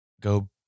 go